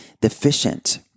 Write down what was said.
deficient